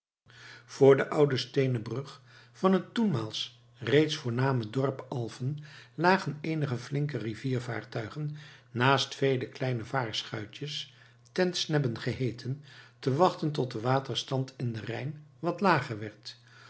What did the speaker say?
voor de oude steenen brug van het toenmaals reeds voorname dorp alfen lagen eenige flinke riviervaartuigen naast vele kleine vrachtschuitjes tentsnebben geheeten te wachten tot de waterstand in den rijn wat lager werd